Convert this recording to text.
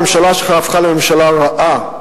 הממשלה שלך הפכה לממשלה רעה,